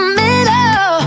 middle